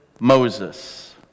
Moses